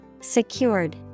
secured